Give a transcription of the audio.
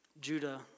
Judah